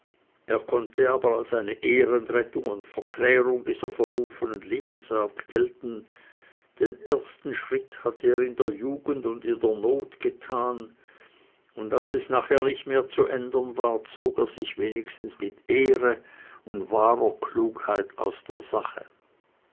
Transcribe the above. er konnte aber als eine ehrenrettung und verklärung dieser verrufenen lebensart gelten den ersten schritt hatte er in der lugend und in der not getan und als es nachher nicht mehr zu ändern war zog er sich wenigstens mit ehre und wahrer klugheit aus der sache